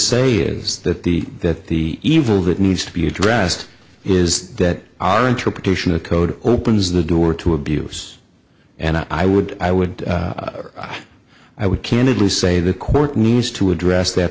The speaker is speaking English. say is that the that the evil that needs to be addressed is that our interpretation of code opens the door to abuse and i would i would i would candidly say the court needs to address that